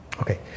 Okay